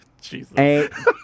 Jesus